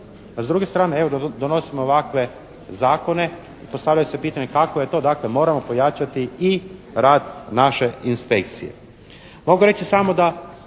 a s druge strane evo donosimo ovakve zakone. Postavlja se pitanje kako je to, dakle moramo pojačati i rad naše inspekcije. Mogu reći samo da